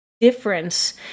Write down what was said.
difference